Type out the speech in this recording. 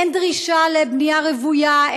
אין דרישה לבנייה רוויה.